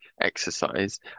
exercise